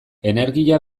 energia